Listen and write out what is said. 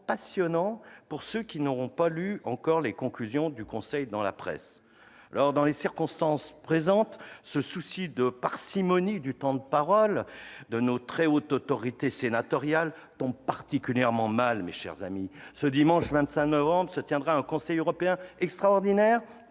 passionnant pour ceux qui n'en auront pas encore lu les conclusions dans la presse ... Dans les circonstances présentes, ce souci de parcimonie du temps de parole de nos très hautes autorités sénatoriales tombe particulièrement mal ! Ce dimanche 25 novembre se tiendra en effet un Conseil européen extraordinaire